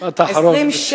משפט אחרון.